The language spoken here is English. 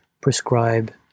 prescribe